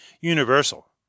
universal